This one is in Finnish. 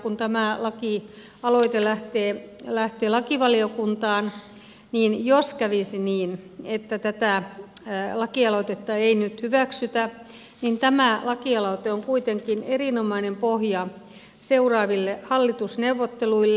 kun tämä lakialoite lähtee lakivaliokuntaan niin jos kävisi niin että tätä lakialoitetta ei nyt hyväksytä niin tämä lakialoite on kuitenkin erinomainen pohja seuraaville hallitusneuvotteluille